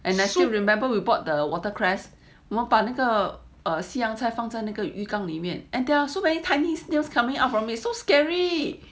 and I still remember we bought the watercress 我们把那个西洋菜放在那个浴缸里面 and there are so many tiny snails coming up from me so scary